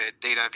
data